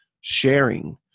Sharing